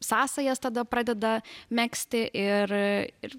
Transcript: sąsajas tada pradeda megzti ir ir